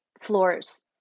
floors